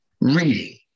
reading